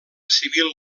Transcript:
civil